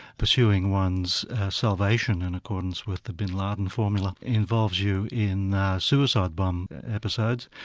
pursuing one's salvation in accordance with the bin laden formula, involves you in suicide bomb episodes,